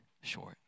short